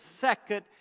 second